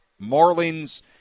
Marlins